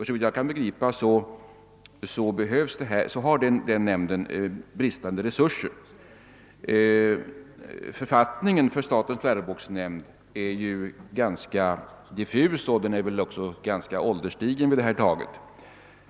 Såvitt jag begriper har nämnden bris tande resurser. Författningen för statens läroboksnämnd är ganska diffus, och den är väl också ganska ålderstigen vid det här laget.